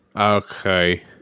Okay